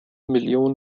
millionen